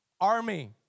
army